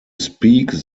speak